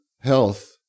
health